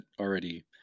already